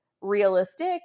realistic